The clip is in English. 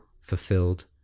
fulfilled